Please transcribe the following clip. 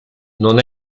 non